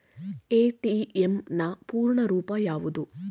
ATM ನ ಪೂರ್ಣ ರೂಪ ಯಾವುದು?